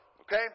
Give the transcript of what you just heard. okay